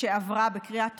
שעברה בקריאה טרומית,